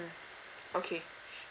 okay